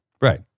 Right